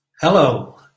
Hello